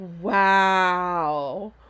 wow